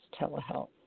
telehealth